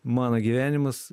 mano gyvenimas